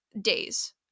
days